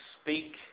speak